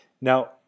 Now